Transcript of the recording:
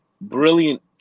brilliant